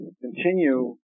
continue